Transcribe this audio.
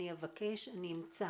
נמצא